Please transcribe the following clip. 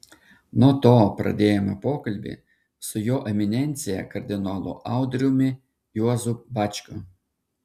nuo to pradėjome pokalbį su jo eminencija kardinolu audriumi juozu bačkiu